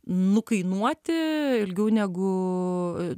nukainuoti ilgiau negu